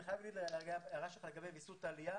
אני חייב להתייחס להערה שלך לגבי ויסות העלייה.